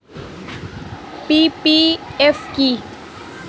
PPF কি?